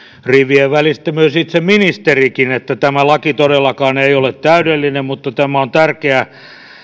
rivien välistä myös itse ministerikin tämä laki todellakaan ei ole täydellinen mutta tämä on tärkeä